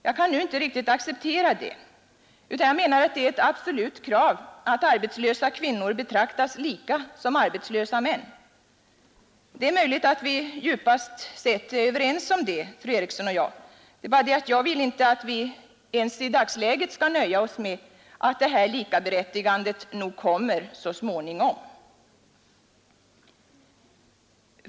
Jag kan inte riktigt acceptera det, utan jag menar att det är ett absolut krav att arbetslösa kvinnor betraktas lika som arbetslösa män, Det är möjligt att vi djupast sett är överens om detta, fru Eriksson och jag, men jag vill inte att vi ens i dagsläget skall nöja oss med att detta likaberättigande nog kommer så småningom.